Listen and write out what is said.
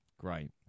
Great